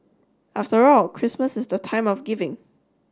after all Christmas is the time of giving